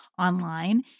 online